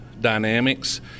dynamics